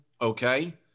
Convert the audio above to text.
Okay